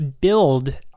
build